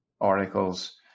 articles